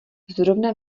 zrovna